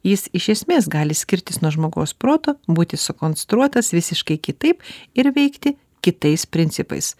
jis iš esmės gali skirtis nuo žmogaus proto būti sukonstruotas visiškai kitaip ir veikti kitais principais